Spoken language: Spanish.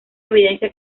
evidencia